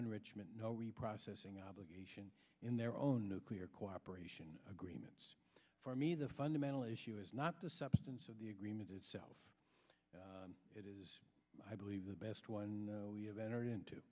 enrichment no reprocessing obligation in their own nuclear cooperation agreements for me the fundamental issue is not the substance of the agreement itself it is i believe the best one we have entered into